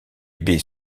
baies